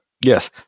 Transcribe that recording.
Yes